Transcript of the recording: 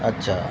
अच्छा